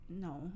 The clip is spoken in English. No